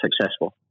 successful